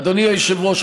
אדוני היושב-ראש,